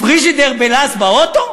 פריג'ידר בלעז, באוטו?